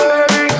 Baby